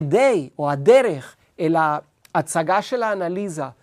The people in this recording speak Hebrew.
או הדרך אל ההצגה של האנליזה.